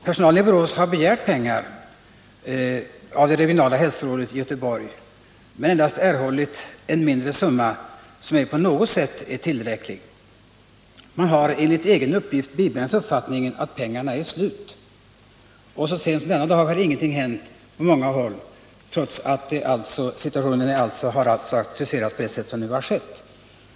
Personalen i Borås har begärt pengar av det regionala hälsorådet i Göteborg, men erhållit endast en mindre summa som inte alls är tillräcklig. Man har enligt egen uppgift bibringats uppfattningen att pengarna är slut. Så sent som denna dag har ingenting hänt, trots att frågan har aktualiserats på det här sättet.